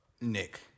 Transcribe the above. Nick